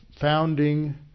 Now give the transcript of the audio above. founding